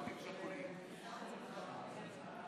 חברי הכנסת,